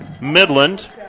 Midland